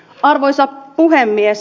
arvoisa puhemies